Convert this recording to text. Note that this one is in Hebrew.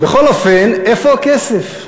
בכל אופן, איפה הכסף?